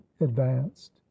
advanced